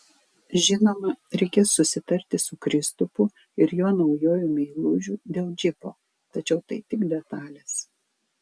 žinoma reikės susitarti su kristupu ir jo naujuoju meilužiu dėl džipo tačiau tai tik detalės